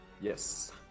yes